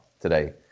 today